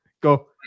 Go